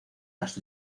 las